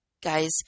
guys